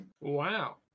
Wow